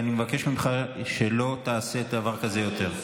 ואני מבקש ממך שלא תעשה דבר כזה יותר.